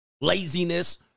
laziness